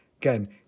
Again